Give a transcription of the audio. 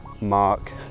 mark